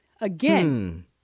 Again